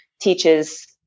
teaches